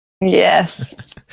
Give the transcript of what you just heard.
Yes